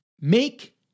make